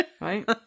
Right